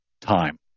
time